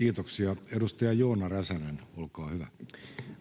muuttamisesta Time: 13:16 Content: